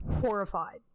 horrified